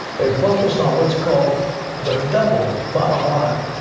they're focused on what's called the double bottom line.